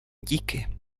díky